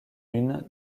une